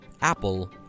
Apple